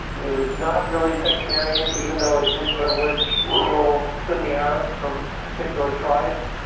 it was not really sectarian. even though it did privilege rural, sunni arabs from particular tribes,